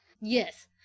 Yes